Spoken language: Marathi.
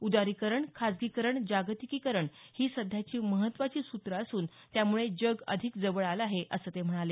उदारीकरण खाजगीकरण जागतिकीकरण ही सध्याची महत्वाची सूत्र असून त्यामुळे जग अधिक जवळ आलं आहे असं ते म्हणाले